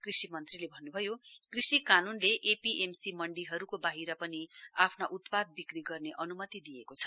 कृषि मन्त्रीले भन्नुभयो कृषि कानुनले एपीएमसी मन्डीहरूको बाहिर पनि आफ्ना उत्पाद बिक्री गर्ने अन्मति दिइएको छ